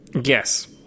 Yes